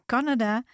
Canada